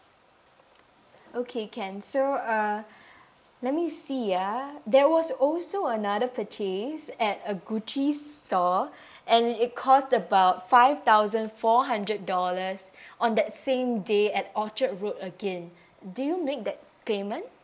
okay can so uh let me see ya there was also another purchase at a Gucci store and it cost about five thousand four hundred dollars on that same day at orchard road again did you make that payment